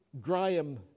Graham